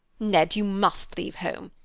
ned, you must leave home.